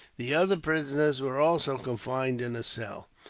the other prisoners were also confined in a cell.